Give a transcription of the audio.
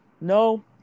No